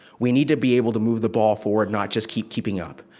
we need to be able to move the ball forward, not just keep keeping up.